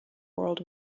world